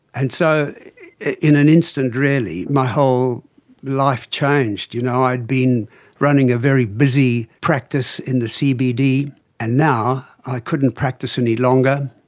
and so in an instant really my whole life changed. you know i'd been running a very busy practice in the cbd, and now i couldn't practice any longer.